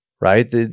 right